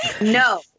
no